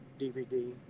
DVD